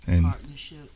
Partnership